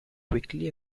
quickly